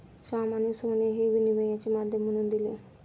श्यामाने सोने हे विनिमयाचे माध्यम म्हणून दिले